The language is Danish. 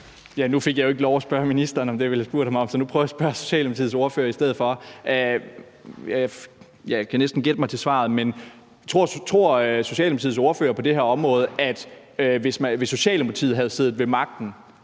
om det, jeg ville have spurgt ham om, så nu prøver jeg at spørge Socialdemokratiets ordfører i stedet for. Jeg kan næsten gætte mig til svaret, men tror Socialdemokratiets ordfører på det her område, at hvis Socialdemokratiet havde siddet ved magten